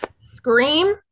scream